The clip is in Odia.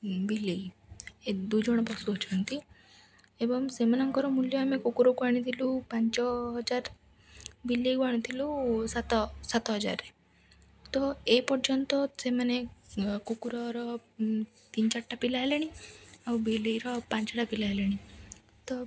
ବିଲେଇ ଏ ଦୁଇ ଜଣ ପଶୁ ଅଛନ୍ତି ଏବଂ ସେମାନଙ୍କର ମୂଲ୍ୟ ଆମେ କୁକୁରକୁ ଆଣିଥିଲୁ ପାଞ୍ଚ ହଜାର ବିଲେଇକୁ ଆଣିଥିଲୁ ସାତ ସାତ ହଜାରରେ ତ ଏ ପର୍ଯ୍ୟନ୍ତ ସେମାନେ କୁକୁରର ତିନି ଚାରିଟା ପିଲା ହେଲେଣି ଆଉ ବିଲେଇର ପାଞ୍ଚଟା ପିଲା ହେଲେଣି ତ